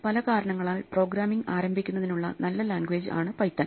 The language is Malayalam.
പല കാരണങ്ങളാൽ പ്രോഗ്രാമിംഗ് ആരംഭിക്കുന്നതിനുള്ള നല്ല ലാംഗ്വേജ് ആണ് പൈത്തൺ